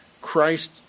Christ